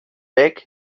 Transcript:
back